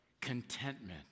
contentment